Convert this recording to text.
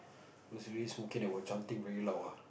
it's really smoky they were chanting very loud ah